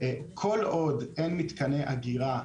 כל עוד אין מתקני אגירה יעילים,